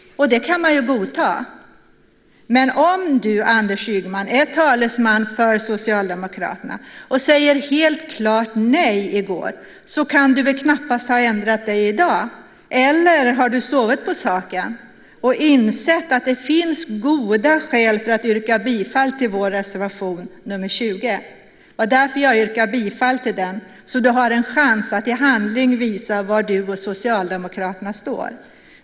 Det kan man ju godta. Men om du Anders Ygeman är talesman för Socialdemokraterna och i går sade helt klart nej, så kan du väl knappast ha ändrat dig i dag. Eller har du sovit på saken och insett att det finns goda skäl för att yrka bifall till vår reservation nr 20? Därför yrkar jag bifall till den, så att du har en chans att i handling visa var du och Socialdemokraterna står.